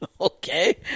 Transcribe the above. Okay